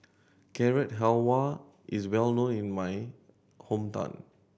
Carrot Halwa is well known in my hometown